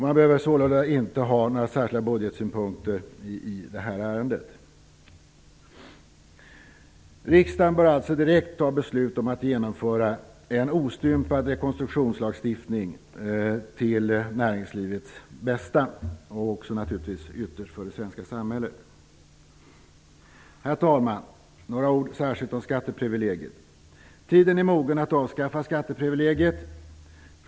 Man behöver sålunda inte ha några särskilda budgetsynpunkter i det här ärendet. Riksdagen bör alltså direkt fatta beslut om att genomföra en ostympad rekonstruktionslagstiftning till näringslivets bästa, och ytterst för det svenska samhället. Herr talman! Låt mig säga några ord om skatteprivilegiet. Tiden är mogen att avskaffa skatteprivilegiet.